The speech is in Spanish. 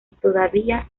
todavía